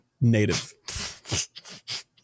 native